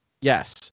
yes